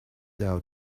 out